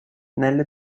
nelle